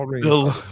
Bill